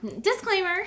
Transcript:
Disclaimer